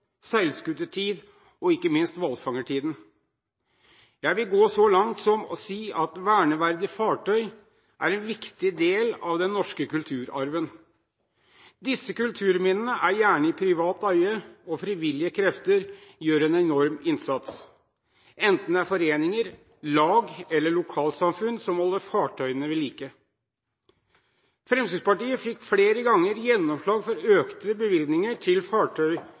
og ikke minst hvalfangertiden. Jeg vil gå så langt som til å si at verneverdige fartøyer er en viktig del av den norske kulturarven. Disse kulturminnene er gjerne i privat eie, og frivillige krefter gjør en enorm innsats, enten det er foreninger, lag eller lokalsamfunn som holder fartøyene ved like. Fremskrittspartiet fikk flere ganger gjennomslag for økte bevilgninger til